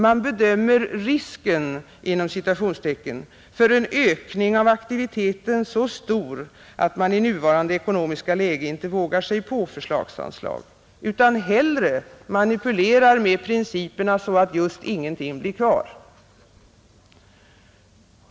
Man bedömer ”risken” för en ökning av aktiviteten så stor att man i nuvarande ekonomiska läge inte vågar sig på förslagsanslag utan hellre manipulerar med principerna så att just ingenting blir kvar.